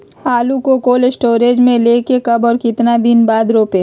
आलु को cold store से ले के कब और कितना दिन बाद रोपे?